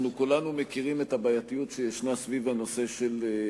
אנחנו כולנו מכירים את הבעייתיות שישנה סביב ההליכים